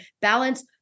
balance